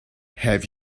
have